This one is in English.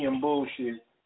bullshit